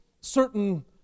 certain